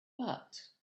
but